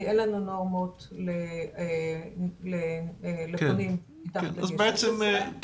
כי אין לנו נורמות לפונים מתחת לגיל 16. אז בעצם י',